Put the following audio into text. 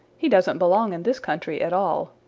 he doesn't belong in this country at all.